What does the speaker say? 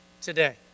today